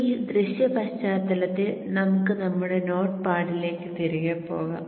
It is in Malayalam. ഈ ദൃശ്യ പശ്ചാത്തലത്തിൽ നമുക്ക് നമ്മുടെ നോട്ട്പാഡിലേക്ക് തിരികെ പോകാം